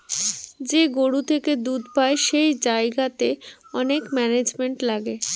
যে গরু থেকে দুধ পাই সেই জায়গাতে অনেক ম্যানেজমেন্ট লাগে